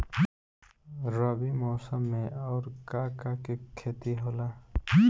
रबी मौसम में आऊर का का के खेती होला?